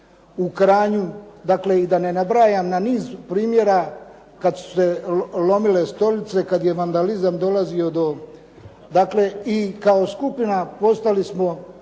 u Kranju, dakle i da ne nabrajam na niz primjera kad su se lomile stolice, kad je vandalizam dolazio.